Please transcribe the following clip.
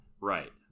Right